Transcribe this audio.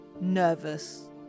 nervous